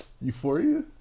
Euphoria